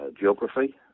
geography